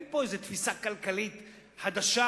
אין פה איזו תפיסה כלכלית חדשה,